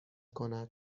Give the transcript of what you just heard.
کند